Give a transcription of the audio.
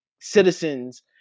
citizens